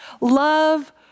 Love